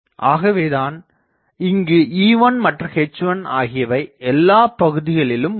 ஆகவேதான் இங்கு E1 மற்றும் H1 ஆகியவை எல்லாபகுதிகளிலும் உள்ளன